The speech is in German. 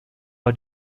war